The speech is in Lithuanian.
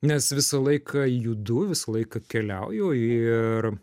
nes visą laiką judu visą laiką keliauju ir